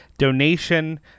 donation